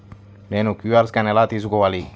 నేను QR scan ఎలా తీసుకోవాలి?